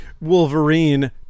Wolverine